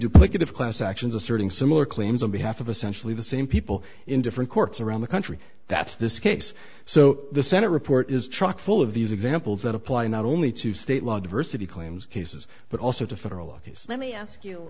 duplicative class actions asserting similar claims on behalf of essential of the same people in different courts around the country that's this case so the senate report is chock full of these examples that apply not only to state law diversity claims cases but also to federal law let me ask you